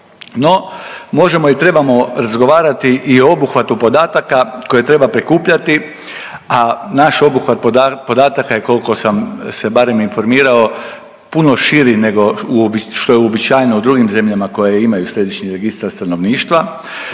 No možemo i trebamo razgovarati i o obuhvatu podataka koje treba prikupljati, a naš obuhvat podataka je koliko sam se barem informirao, puno širi nego što je uobičajeno u drugim zemljama koje imaju središnji registar stanovništva.